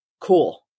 Cool